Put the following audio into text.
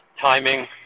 timing